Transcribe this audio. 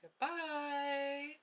Goodbye